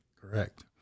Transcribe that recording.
Correct